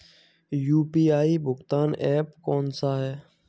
UPI भुगतान app कौन सा है?